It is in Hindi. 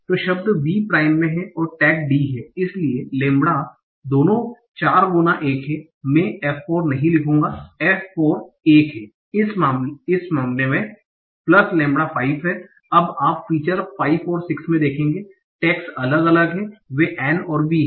तो शब्द v प्राइम में है और टैग d है इसलिए lambda दोनों 4 गुना 1 है मैं f 4 नहीं लिखूंगा f 4 1 हैं इस मामले lambda 5 हैं अब आप फीचर 5 और 6 में देखेंगे टैगस अलग अलग हैं वे N और V हैं